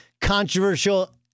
controversial